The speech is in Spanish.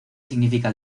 significa